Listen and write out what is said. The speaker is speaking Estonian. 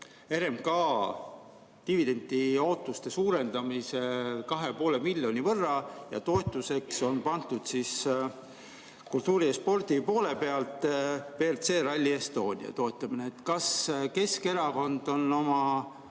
RMK dividendi ootuste suurendamiseks 2,5 miljoni võrra ja toetuseks on pandud kultuuri ja spordi poole pealt veel WRC Rally Estonia toetamine. Kas Keskerakond on oma